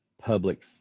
public